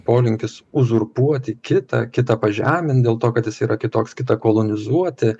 polinkis uzurpuoti kitą kitą pažemint dėl to kad jis yra kitoks kitą kolonizuoti